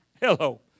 Hello